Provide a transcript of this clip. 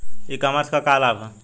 E commerce क का लाभ ह?